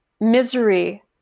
Misery